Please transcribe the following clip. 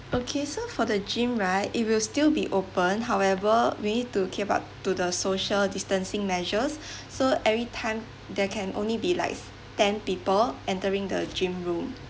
okay so for the gym right it will still be open however we need to keep up to the social distancing measures so every time there can only be like ten people entering the gym room